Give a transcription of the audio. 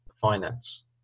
finance